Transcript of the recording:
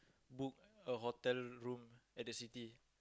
book a hotel room at the city